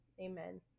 Amen